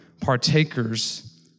Partakers